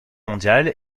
mondiale